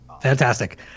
Fantastic